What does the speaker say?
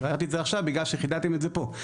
הערתי את זה עכשיו בגלל שחידדתם את זה פה.